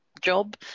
job